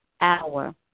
Hour